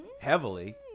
heavily